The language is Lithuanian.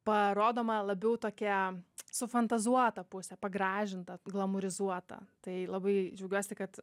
parodoma labiau tokia sufantazuota pusė pagražinta glamūrizuotaū tai labai džiaugiuosi kad